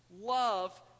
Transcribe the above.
love